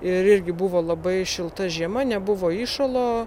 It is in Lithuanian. ir irgi buvo labai šilta žiema nebuvo įšalo